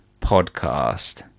Podcast